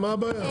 מה הבעיה?